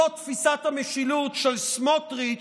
זאת תפיסת המשילות של סמוטריץ',